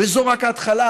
וזו רק ההתחלה.